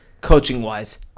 coaching-wise